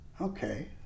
okay